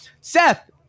Seth